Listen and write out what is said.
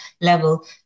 level